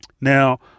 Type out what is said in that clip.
Now